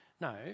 No